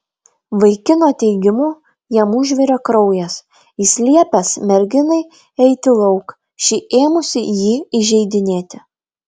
vaikino teigimu jam užvirė kraujas jis liepęs merginai eiti lauk ši ėmusi jį įžeidinėti